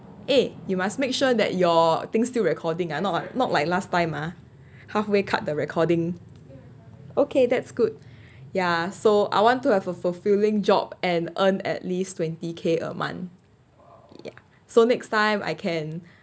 eh you must make sure that your things still recording I not not like last time ah halfway cut the recording okay that's good ya so I want to have a fulfilling job and earn at least twenty K a month ya so next time I can